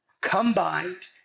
combined